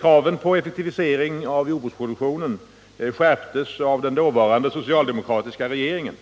Kraven på en effektivisering av jordbruksproduktionen skärptes av den dåvarande socialdemokratiska regeringen.